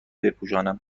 بپوشانم